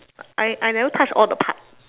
I I never touch all the part